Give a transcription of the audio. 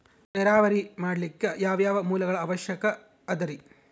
ನೇರಾವರಿ ಮಾಡಲಿಕ್ಕೆ ಯಾವ್ಯಾವ ಮೂಲಗಳ ಅವಶ್ಯಕ ಅದರಿ?